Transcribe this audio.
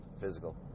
Physical